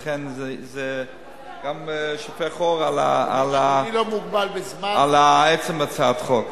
וזה גם שופך אור על עצם הצעת החוק.